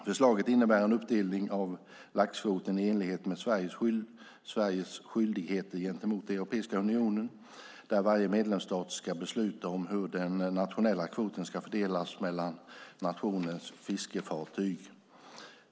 Förslaget innebär en uppdelning av laxkvoten i enlighet med Sveriges skyldigheter gentemot Europeiska unionen där varje medlemsstat ska besluta om hur den nationella kvoten ska fördelas mellan nationens fiskefartyg.